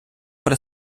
при